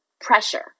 pressure